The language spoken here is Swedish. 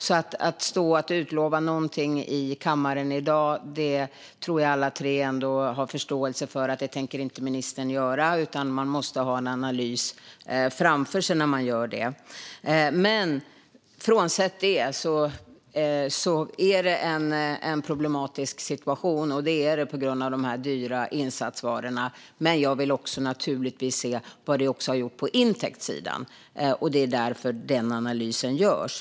Jag tror att alla tre ändå har förståelse för att ministern inte tänker stå i kammaren i dag och utlova något. Man måste ha en analys framför sig när man gör det. Frånsett det är det en problematisk situation. Det är det på grund av de dyra insatsvarorna. Men jag vill också se vad det har gjort på intäktssidan. Det är därför den analysen görs.